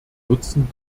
nutzen